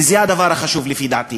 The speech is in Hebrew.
וזה הדבר החשוב, לפי דעתי.